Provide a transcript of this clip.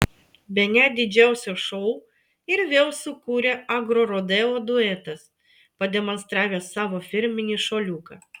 bene didžiausią šou ir vėl sukūrė agrorodeo duetas pademonstravęs savo firminį šuoliuką